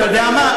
אתה יודע מה,